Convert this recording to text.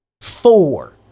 Four